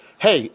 Hey